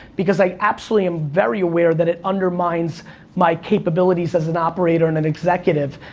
because i absolutely am very aware that it undermines my capabilities as an operator and an executive,